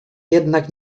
jednak